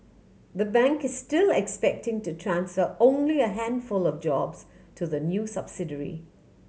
the bank is still expecting to transfer only a handful of jobs to the new subsidiary